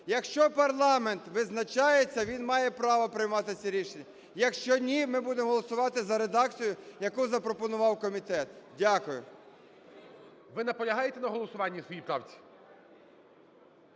Якщо парламент визначається, він має право приймати це рішення, якщо ні – ми будемо голосувати за редакцію, яку запропонував комітет. Дякую. ГОЛОВУЮЧИЙ. Ви наполягаєте на голосуванні в своїй правці?